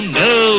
no